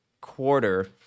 quarter